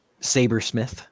Sabersmith